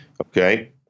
Okay